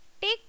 Take